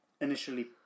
initially